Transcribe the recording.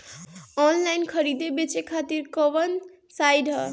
Online खरीदे बेचे खातिर कवन साइड ह?